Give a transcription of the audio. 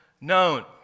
known